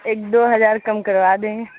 ایک دو ہجار کم کروا دیں گے